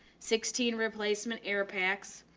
sixteen replacement air packs,